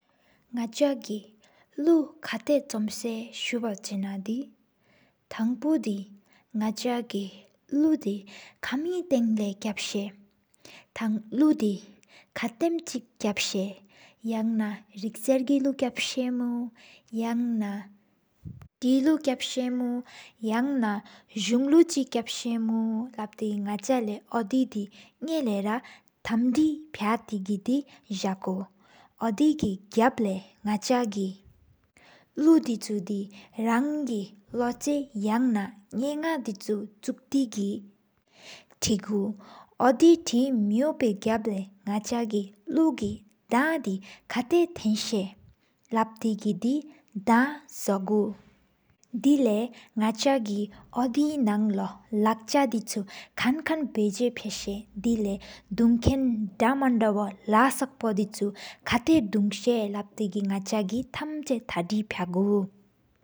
ནག་ཆ་གི་ལུ་ཁ་ཐག་ཆོམ་སེ་སུ་ན་དེ། ཐང་པོ་དེ་ནག་ཆ་གི་ལུ་དེ་ཀ་མི་ཐང་། ལོ་ཁབ་ས་ཐང་ལུ་དེ་ཀ་ཏམ་གཅིག་ཁབ་ས། ཡང་ན་རི་ཀར་གི་ལུ་ཁབ་ས་མོ། ཡང་ན་ཏེ་ལུ་ཁབ་ས་མུ། ཡང་ན་ཟུང་ལུ་གཅིག་ཁབ་ས་མོ། འོ་དེ་དེ་ནག་ཆ་གི་ཉེམ་ལས་ར་ཐེམ་དེ་ཕ་སྟེ། ཟ་ཁུ་འོ་དེ་གི་གབ་ལས་ནག་ཆ་གི་ལུ་ལི་ཆུ་དེ། རང་གི་ལོ་གཅིག་ཡ་ན་ནང་ནག་ལུ་ལི་ཁྲི། གི་ཐེག་གུ་འོ་དེ་ཐེ་ཏི་མེ་པོ་གབ་ལས་ནག་ཆ་གི། ལུ་གི་དང་དེ་ཁག་ཐན་ཆ་ལབ་ཏེ་གི། དང་དེ་ཟོ་གུ་དེ་ལས་ན་ཆ་གི་འོན་དེ་ནང་ལོ། ལག་ཆ་དེ་ཆུ་ཁ་མཁན་ཕེ་ཟ་ཕ་ས་དེ་ལས། ལག་ཆ་ལི་ཆུ་ད་མན་ད་ཝ་ལ་སོག་པོ། ཁ་ཐག་གུ་ས་་ལབ་ཏེ་གི་ནག་ཆ་གི། ཐམ་ཆེ་ཐག་དེ་ཕག་གུ།